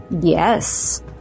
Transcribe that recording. Yes